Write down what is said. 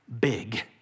big